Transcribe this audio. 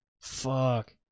Fuck